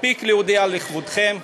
מספיק להודיע לכבודכם,